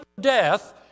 death